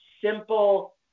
simple